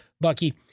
Bucky